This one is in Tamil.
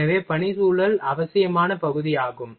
எனவே பணிச்சூழலும் அவசியமான பகுதியாகும்